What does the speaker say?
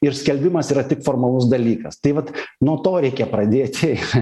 ir skelbimas yra tik formalus dalykas tai vat nuo to reikia pradėti